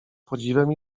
podziwem